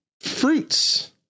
fruits